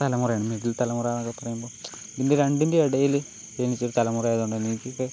തലമുറയാണ് മിഡിൽ തലമുറയെന്നൊക്കെ പറയുമ്പോൾ ഇതിൻ്റെ രണ്ടിന്റെയും ഇടയിൽ ജനിച്ചൊരു തലമുറ ആയത് കൊണ്ട് തന്നെ എനിക്കൊക്കെ